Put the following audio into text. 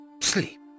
Sleep